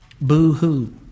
Boo-hoo